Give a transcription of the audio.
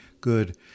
good